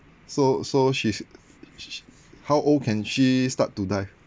so so she's sh~ how old can she start to dive